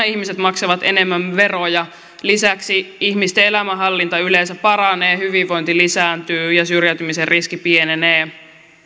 ihmiset maksavat enemmän veroja lisäksi ihmisten elämänhallinta yleensä paranee hyvinvointi lisääntyy ja syrjäytymisen riski pienenee